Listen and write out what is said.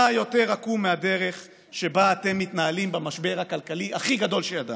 מה יותר עקום מהדרך שבה אתם מתנהלים במשבר הכלכלי הכי גדול שידענו,